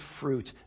fruit